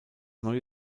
neue